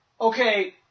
okay